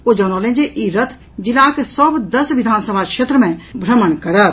ओ जनौलनि जे ई रथ जिलाक सभ दस विधानसभा क्षेत्र मे भ्रमण करत